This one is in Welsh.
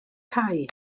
cae